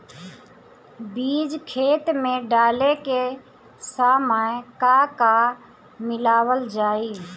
बीज खेत मे डाले के सामय का का मिलावल जाई?